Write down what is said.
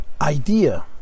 idea